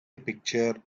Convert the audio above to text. picture